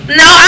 no